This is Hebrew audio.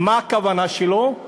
מה הכוונה שלו?